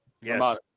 Yes